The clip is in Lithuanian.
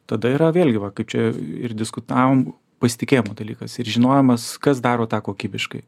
tada yra vėlgi va kaip čia ir diskutavom pasitikėjimo dalykas ir žinojimas kas daro tą kokybiškai